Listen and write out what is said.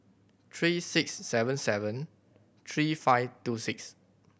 three six seven seven three five two six